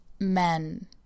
men